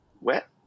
wet